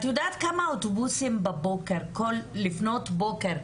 את יודעת כמה אוטובוסים לפנות בוקר,